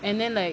and then like